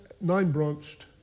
nine-branched